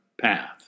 path